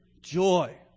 joy